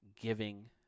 giving